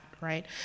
right